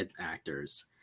actors